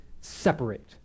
separate